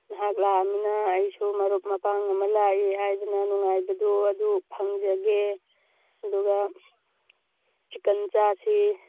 ꯅꯍꯥꯛ ꯂꯥꯛꯂꯕꯅꯤꯅ ꯑꯩꯁꯨ ꯃꯔꯨꯞ ꯃꯄꯥꯡ ꯑꯃ ꯂꯥꯛꯏ ꯍꯥꯏꯕꯒꯤ ꯅꯨꯡꯉꯥꯏꯕꯗꯨ ꯑꯗꯨ ꯐꯪꯖꯒꯦ ꯑꯗꯨꯒ ꯆꯤꯀꯟ ꯆꯥꯁꯤ